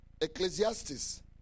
Ecclesiastes